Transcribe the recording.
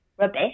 Rubbish